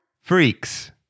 freaks